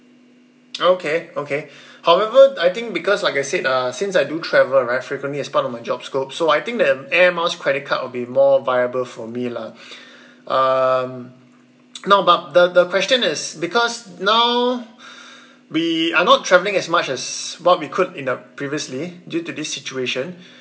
okay okay however I think because like I said uh since I do travel right frequently as part of my job scope so I think the air miles credit card will be more viable for me lah um no but the the question is because now we are not travelling as much as what we could in the previously due to this situation